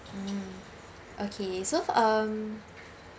mm okay so um